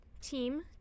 team